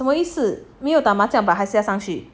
什么意思没有打麻将 but 还是要上去